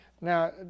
Now